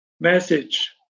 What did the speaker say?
message